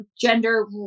gender